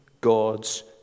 God's